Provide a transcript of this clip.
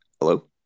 Hello